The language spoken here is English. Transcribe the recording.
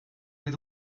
with